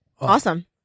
Awesome